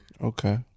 Okay